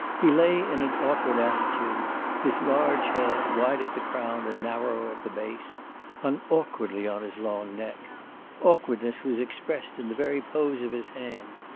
he lay in an awkward attitude his large head wide at the crown and narrower at the base hung awkwardly on his long neck awkwardness was expressed in the very pose of his hands,